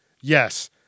Yes